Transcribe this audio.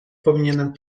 powinienem